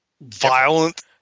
violent